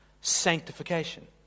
sanctification